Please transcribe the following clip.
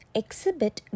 exhibit